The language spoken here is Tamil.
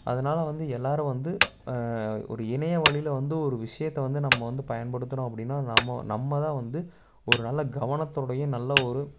அதனால வந்து எல்லாரும் வந்து ஒரு இணையை வழியில் வந்து ஒரு விஷயத்தை வந்து நம்ம வந்து பயன்படுத்துகிறோம் அப்படின்னா நம்ம நம்ம தான் வந்து ஒரு நல்லா கவனத்தோடைய நல்ல ஒரு